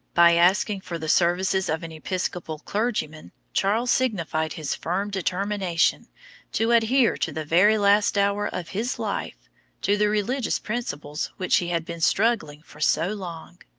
by asking for the services of an episcopal clergyman, charles signified his firm determination to adhere to the very last hour of his life to the religious principles which he had been struggling for so long.